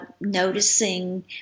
noticing